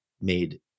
made